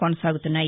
కొనసాగుతున్నాయి